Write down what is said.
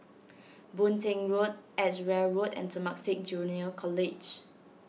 Boon Teck Road Edgeware Road and Temasek Junior College